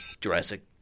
Jurassic